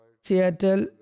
Seattle